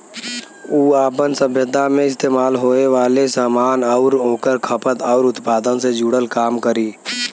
उ आपन सभ्यता मे इस्तेमाल होये वाले सामान आउर ओकर खपत आउर उत्पादन से जुड़ल काम करी